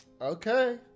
Okay